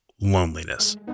loneliness